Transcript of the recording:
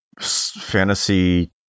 fantasy